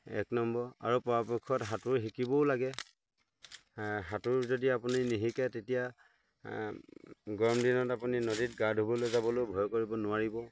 এক নম্বৰ তেতিয়া গৰম দিনত আপুনি নদীত গা ধুবলৈ যাবলৈও ভয় কৰিব নোৱাৰিব